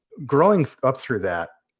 growing up through that,